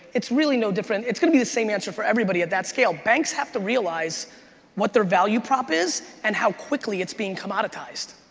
it's really no different, it's gonna be the same answer for everybody at that scale. banks have to realize what their value prop is and how quickly it's being commoditized.